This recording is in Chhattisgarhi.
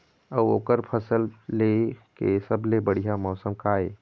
अऊ ओकर फसल लेय के सबसे बढ़िया मौसम का ये?